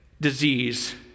disease